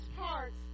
parts